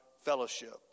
fellowship